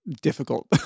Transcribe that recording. difficult